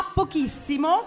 pochissimo